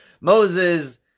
Moses